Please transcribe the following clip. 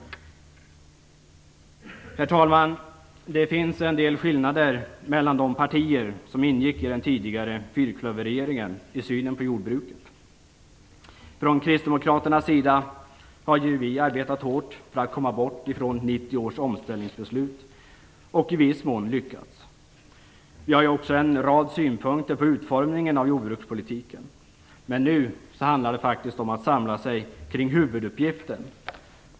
Herr talman! Det finns en del skillnader mellan de partier som ingick i den tidigare fyrklöverregeringen när det gäller synen på jordbruket. Vi kristdemokrater har arbetat hårt för att komma bort från 1990 års omställningsbeslut. Vi har i viss mån lyckats. Det finns också en rad synpunkter på utformningen av jordbrukspolitiken, men nu handlar det faktiskt om att samla sig kring huvuduppgiften.